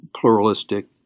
pluralistic